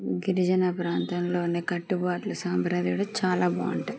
గిరిజన ప్రాంతంలో ఉనే కట్టుబాట్లు సాంప్రదాయలు చాలా బాగుంటాయి